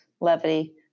levity